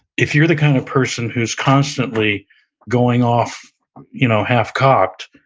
if you're the kind of person who's constantly going off you know half-cocked,